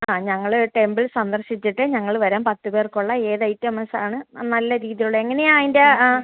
ആ ഞങ്ങൾ ടെമ്പിൾ സന്ദർശിച്ചിട്ട് ഞങ്ങൾ വരാം പത്ത് പേർക്കുള്ള ഏത് ഐറ്റംസ് ആണ് നല്ല രീതിയുള്ള എങ്ങനെയാണ് അതിന്റെ ആ